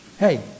Hey